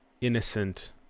innocent